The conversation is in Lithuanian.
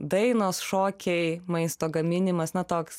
dainos šokiai maisto gaminimas na toks